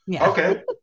Okay